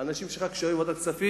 האנשים שלך, כשהיו בוועדת הכספים,